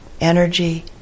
energy